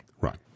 Right